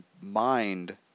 mind